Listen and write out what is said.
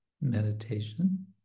meditation